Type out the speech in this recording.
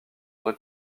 vrai